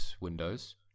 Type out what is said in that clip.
Windows